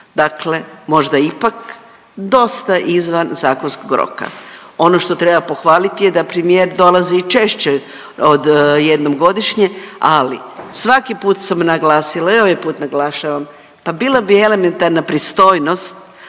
Dakle, možda ipak dosta izvan zakonskog roka. Ono što treba pohvaliti je da premijer dolazi češće od jednom godišnje, ali svaki put sam naglasila i ovaj put naglašavam, pa bila bi elementarna pristojnost